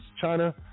China